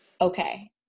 Okay